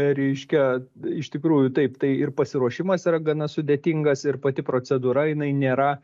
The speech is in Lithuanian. reiškia iš tikrųjų taip tai ir pasiruošimas yra gana sudėtingas ir pati procedūra jinai nėra